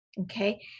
okay